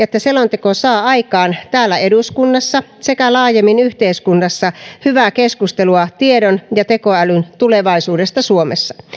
että selonteko saa aikaan täällä eduskunnassa sekä laajemmin yhteiskunnassa hyvää keskustelua tiedon ja tekoälyn tulevaisuudesta suomessa